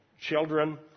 children